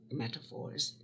metaphors